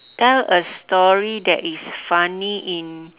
tell a story that is funny in